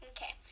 Okay